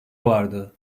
vardı